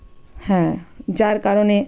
হ্যাঁ যার কারণে